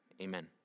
Amen